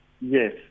Yes